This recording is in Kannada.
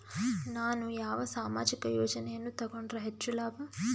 ನಾನು ಯಾವ ಸಾಮಾಜಿಕ ಯೋಜನೆಯನ್ನು ತಗೊಂಡರ ಹೆಚ್ಚು ಲಾಭ?